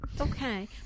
Okay